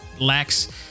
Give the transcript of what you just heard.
lacks